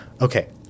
Okay